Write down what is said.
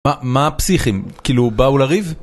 מה, מה הפסיכים? כאילו באו לריב?